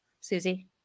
Susie